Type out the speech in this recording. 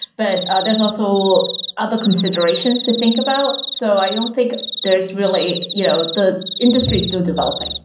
but ah there's also other considerations to think about. so i don't think there's really you know the industry is still developing.